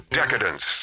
decadence